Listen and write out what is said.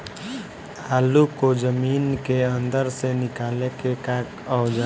आलू को जमीन के अंदर से निकाले के का औजार बा?